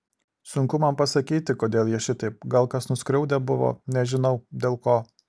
sunku man pasakyti kodėl jie šitaip gal kas nuskriaudę buvo nežinau dėl ko